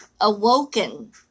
Awoken